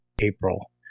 april